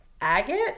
agate